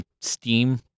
Steam